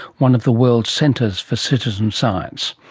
one of the world's centres for citizen science.